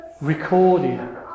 recorded